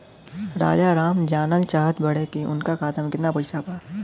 राजाराम जानल चाहत बड़े की उनका खाता में कितना पैसा बा?